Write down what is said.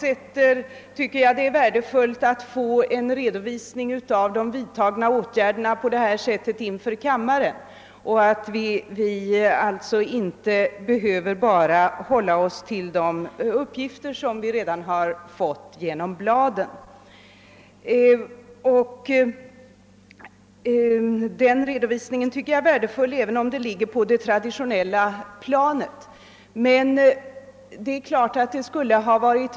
Det skulle vara intressant att så småningom, om detta är möjligt, få en redovisning av hur exempelvis den frivilliga fordonskontrollen har fungerat och vilka resultat den har givit. Över huvud taget tycker jag att det är värdefullt att på detta sätt inför kammaren få en redovisning av vidtagna åtgärder — även om dessa ligger på det traditionella planet — så att vi inte behöver hålla oss bara till de uppgifter vi kan få genom tidningarna.